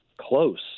close